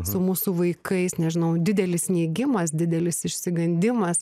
su mūsų vaikais nežinau didelis neigimas didelis išsigandimas